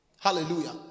Hallelujah